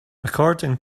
according